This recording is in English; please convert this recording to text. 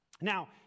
Now